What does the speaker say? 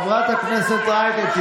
חברת הכנסת רייטן,